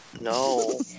No